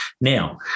Now